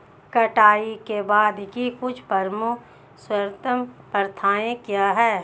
कटाई के बाद की कुछ प्रमुख सर्वोत्तम प्रथाएं क्या हैं?